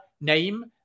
name